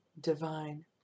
Divine